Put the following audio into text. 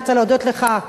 אני רוצה להודות לך,